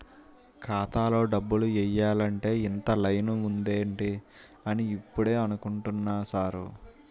ఖాతాలో డబ్బులు ఎయ్యాలంటే ఇంత లైను ఉందేటి అని ఇప్పుడే అనుకుంటున్నా సారు